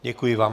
Děkuji vám.